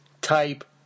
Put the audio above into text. type